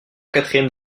quatrième